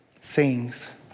sings